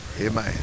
Amen